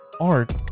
art